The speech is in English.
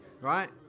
right